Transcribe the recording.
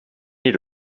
need